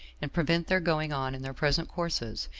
and prevent their going on in their present courses,